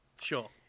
Sure